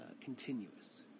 continuous